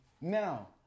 now